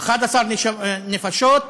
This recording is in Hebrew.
11 נפשות,